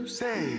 say